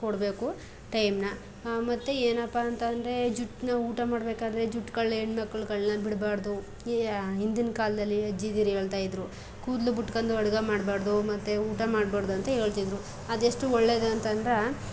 ಕೊಡಬೇಕು ಟೈಮಿನ ಹಾ ಮತ್ತೆ ಏನಪ್ಪ ಅಂತಂದ್ರೆ ಜುಟ್ಟನ್ನ ಊಟ ಮಾಡಬೇಕಾದ್ರೆ ಜುಟ್ಗಳು ಹೆಣ್ಮಕ್ಳುಗಳನ್ನ ಬಿಡಬಾರ್ದು ಈ ಹಿಂದಿನ ಕಾಲದಲ್ಲಿ ಅಜ್ಜಿದಿರು ಹೇಳ್ತಾಯಿದ್ರು ಕೂದಲು ಬಿಟ್ಕೊಡು ಅಡುಗೆ ಮಾಡಬಾರ್ದು ಮತ್ತು ಊಟ ಮಾಡಬಾರ್ದಂತ ಹೇಳ್ತಿದ್ರು ಅದೆಷ್ಟು ಒಳ್ಳೆಯದು ಅಂತಂದ್ರೆ